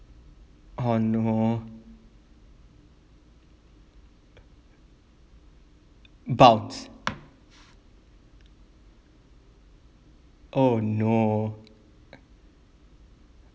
oh no bounce oh no